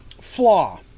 flaw